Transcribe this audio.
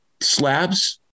slabs